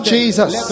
Jesus